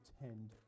attend